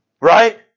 right